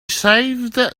saved